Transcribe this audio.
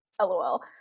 lol